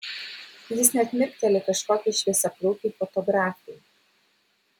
jis net mirkteli kažkokiai šviesiaplaukei fotografei